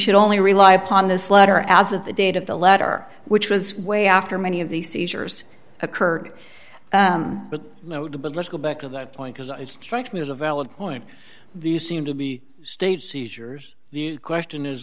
should only rely upon this letter as of the date of the letter which was way after many of these seizures occurred but no debate let's go back to that point because it's strikes me as a valid point these seem to be state seizures the question is